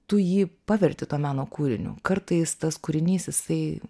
tu jį paverti to meno kūriniu kartais tas kūrinys jisai